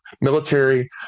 military